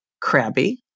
crabby